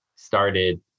started